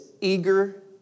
eager